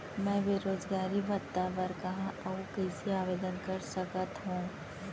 मैं बेरोजगारी भत्ता बर कहाँ अऊ कइसे आवेदन कर सकत हओं?